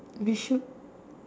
we should